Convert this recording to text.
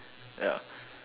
ya